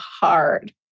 hard